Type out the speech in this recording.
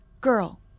Girl